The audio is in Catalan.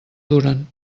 duren